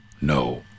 no